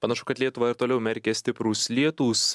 panašu kad lietuvą ir toliau merkia stiprūs lietūs